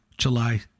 July